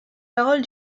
paroles